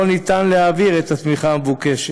לא ניתן להעביר את התמיכה המבוקשת.